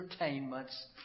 entertainments